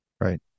Right